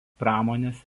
pramonės